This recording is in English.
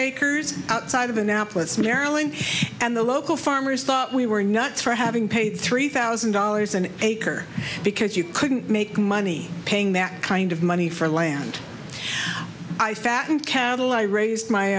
acres outside of annapolis maryland and the local farmers thought we were nuts for having paid three thousand dollars an acre because you couldn't make money paying that kind of money for land i fatten cattle i raised my